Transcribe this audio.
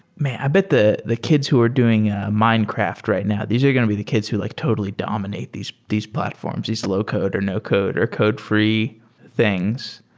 man! i bet the kids kids who are doing minecraft right now, these are going to be the kids who like totally dominate these these platforms, these low code or no code or code-free things.